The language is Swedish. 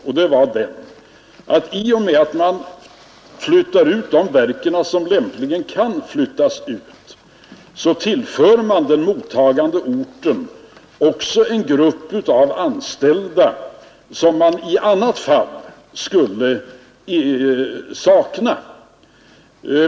Den innebar att i och med att man flyttar ut de verk som lämpligen kan flyttas ut tillför man den mottagande orten också en grupp av anställda som man i annat fall skulle sakna.